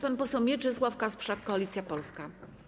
Pan poseł Mieczysław Kasprzak, Koalicja Polska.